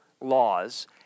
laws